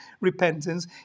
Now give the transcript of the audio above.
repentance